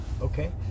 okay